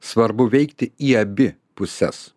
svarbu veikti į abi puses